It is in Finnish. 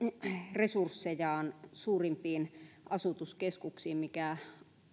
resurssejaan suurimpiin asutuskeskuksiin mikä